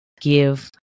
give